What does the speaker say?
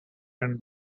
and